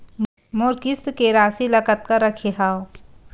मोर किस्त के राशि ल कतका रखे हाव?